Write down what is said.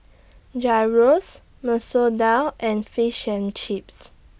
Gyros Masoor Dal and Fish and Chips